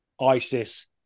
Isis